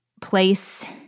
place